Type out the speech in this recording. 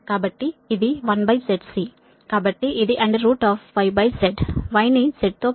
కాబట్టి ఇది YZ Y ని Z తో భాగిస్తే sinh ZY